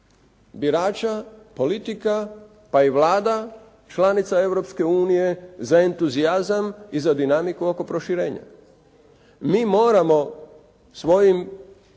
birača, politika pa i vlada članica Europske unije za entuzijazam i za dinamiku oko proširenja. Mi moramo svojim,